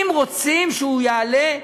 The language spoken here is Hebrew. אם רוצים שהוא יעלה,